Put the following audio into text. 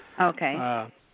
Okay